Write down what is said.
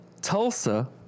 Tulsa